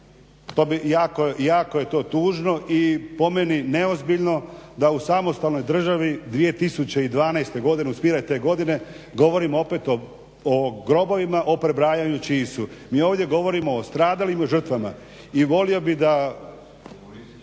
tko je koga, jako je to tužno i po meni neozbiljno da u samostalnoj državi 2012.u smiraj te godine, govorim opet o grobovima o prebrajanju čiji su. Mi ovdje govorimo o stradalim žrtvama. I volio bih da